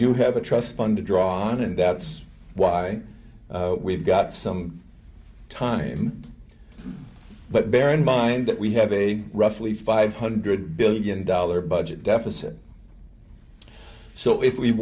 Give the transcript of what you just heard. do have a trust fund to draw on and that's why we've got some time but bear in mind that we have a roughly five hundred billion dollars budget deficit so if we